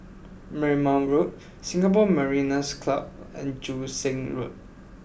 Marymount Road Singapore Mariners' Club and Joo Seng Road